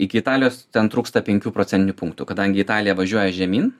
iki italijos ten trūksta penkių procentinių punktų kadangi italija važiuoja žemyn